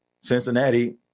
Cincinnati